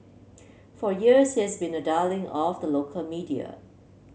for years has been a darling of the local media